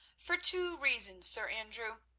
for two reasons, sir andrew.